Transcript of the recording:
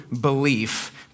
belief